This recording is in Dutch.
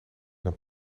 een